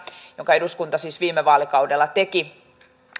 jonka eduskunta siis viime vaalikaudella teki